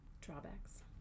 Drawbacks